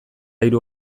hiru